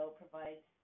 provides